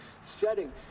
setting